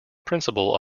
principle